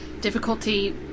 difficulty